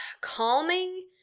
calming